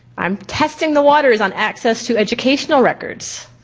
i'm testing the waters on access to educational records.